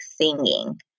singing